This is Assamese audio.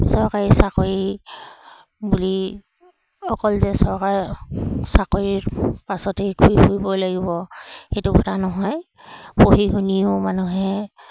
চৰকাৰী চাকৰি বুলি অকল যে চৰকাৰে চাকৰিৰ পাছতেই ঘূৰি ফুৰিব লাগিব সেইটো কথা নহয় পঢ়ি শুনিও মানুহে